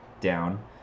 down